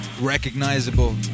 recognizable